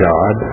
God